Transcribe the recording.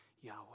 Yahweh